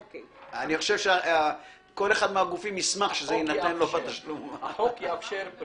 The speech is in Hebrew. אני חושב שכל אחד מהגופים ישמח שזה יינתן בתשלום --- עבד אל חכים חאג'